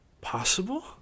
possible